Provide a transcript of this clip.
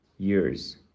Years